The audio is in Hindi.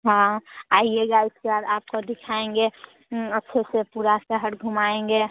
हाँ आइएगा इसके बाद आपको दिखाएंगे अच्छे से पूरा शहर घुमाएंगे